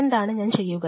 എന്താണ് ഞാൻ ചെയ്യുക